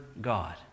God